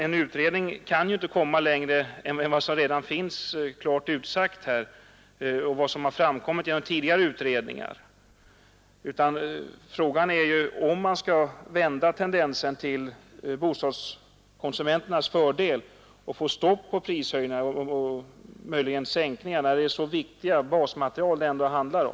En utredning kan ju inte komma längre än till vad som redan står klart utsagt här och vad som har framkommit genom tidigare utredningar, utan frågan gäller om man skall vända tendensen till bostadskonsumenternas fördel och få stopp på prishöjningarna och möjligen kunna sänka priserna på de viktiga basmaterial det handlar om.